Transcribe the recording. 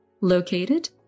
located